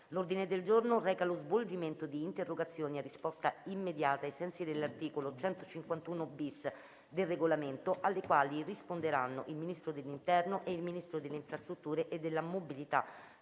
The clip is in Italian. L'ordine del giorno reca lo svolgimento di interrogazioni a risposta immediata (cosiddetto *question time*), ai sensi dell'articolo 151-*bis* del Regolamento, alle quali risponderanno il Ministro dell'interno e il Ministro delle infrastrutture e della mobilità